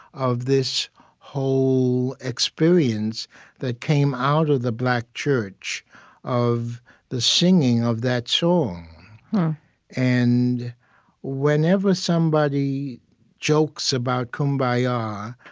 of this whole experience that came out of the black church of the singing of that song and whenever whenever somebody jokes about kum bah ya,